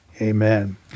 Amen